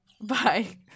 Bye